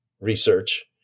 research